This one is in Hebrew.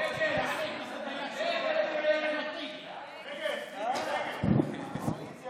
הצעת ועדת הכנסת לבחור את חבר הכנסת